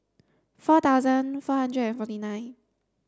four thousand four hundred and forty nine